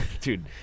Dude